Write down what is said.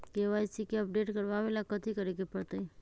KYC के update करवावेला कथि करें के परतई?